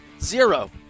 Zero